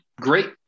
great